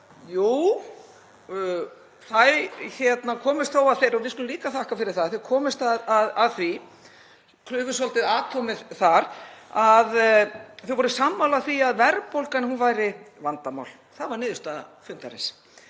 Jú, þau komust þó að því, og við skulum líka þakka fyrir það, klufu svolítið atómið þar, að þau voru sammála því að verðbólgan væri vandamál. Það var niðurstaða fundarins.